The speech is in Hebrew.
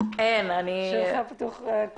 ואת שאר החברים שנמצאים בתוך התהליך הזה.